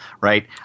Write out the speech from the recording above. right